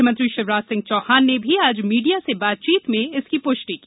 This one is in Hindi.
मुख्यमंत्री शिवराज सिंह चौहान ने आज मीडिया से बातचीत में इसकी पुष्टि की